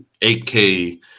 8k